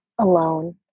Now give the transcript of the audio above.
alone